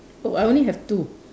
oh I only have two